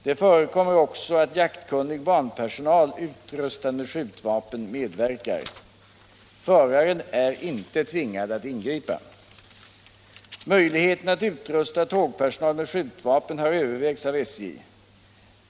Det förekommer också att jaktkunnig banpersonal utrustad med skjutvapen medverkar. Föraren är inte tvingad att ingripa. Möjligheten att utrusta tågpersonal med skjutvapen har övervägts av SJ.